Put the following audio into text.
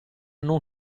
non